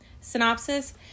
synopsis